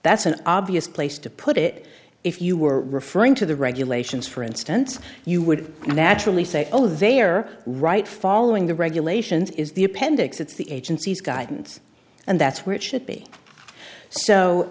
that's an obvious place to put it if you were referring to the regulations for instance you would naturally say oh they are right following the regulations is the appendix it's the agency's guidance and that's where it should be so